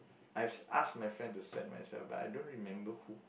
I asked my friend to set myself but I don't remember who